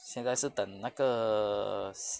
现在是等那个